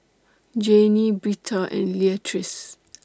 Janie Britta and Leatrice